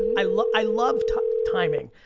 i love i love timing.